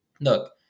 look